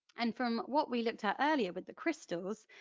and from what we looked at earlier with the crystals,